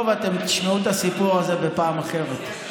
טוב, אתם תשמעו את הסיפור הזה בפעם אחרת.